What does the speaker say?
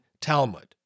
Talmud